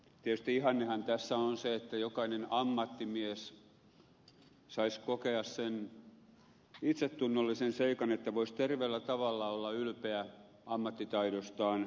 tietysti ihannehan tässä on se että jokainen ammattimies saisi kokea sen itsetunnollisen seikan että voisi terveellä tavalla olla ylpeä ammattitaidostaan ja siitä että sitä arvostetaan